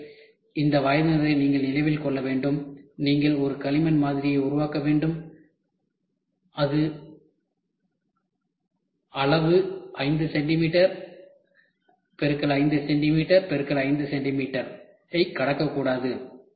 எனவே இந்த வயதினரை நீங்கள் நினைவில் கொள்ள வேண்டும் நீங்கள் ஒரு களிமண் மாதிரியை உருவாக்க வேண்டும் இது பரிமாணம் 5 சென்டிமீட்டர் x 5 சென்டிமீட்டர் x 5 சென்டிமீட்டரை கடக்கக்கூடாது